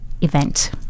event